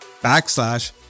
backslash